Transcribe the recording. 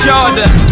Jordan